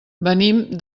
venim